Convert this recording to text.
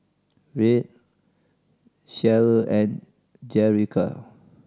Rhett Cherryl and Jerica